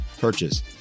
purchase